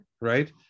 right